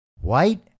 White